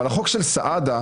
אבל החוק של סעדה,